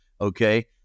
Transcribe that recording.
okay